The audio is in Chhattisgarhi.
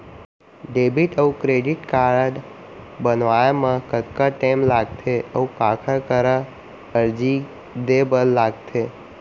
डेबिट अऊ क्रेडिट कारड बनवाए मा कतका टेम लगथे, अऊ काखर करा अर्जी दे बर लगथे?